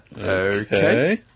Okay